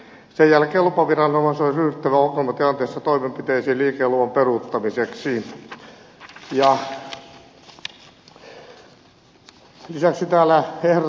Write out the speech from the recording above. sen jälkeen lupaviranomaisen olisi ryhdyttävä ongelmatilanteissa toimenpiteisiin liikenneluvan peruuttamiseksi